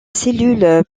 cellules